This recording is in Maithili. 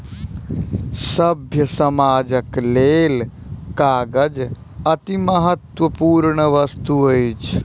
सभ्य समाजक लेल कागज अतिमहत्वपूर्ण वस्तु अछि